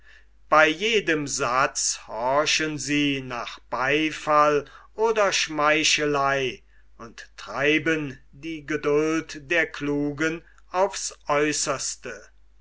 bei jedem satz horchen sie nach beifall oder schmeichelei und treiben die geduld der klugen aufs aeußerste